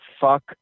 fuck